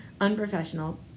unprofessional